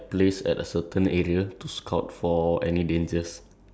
so like uh okay let's say these two person went to smoke at this toilet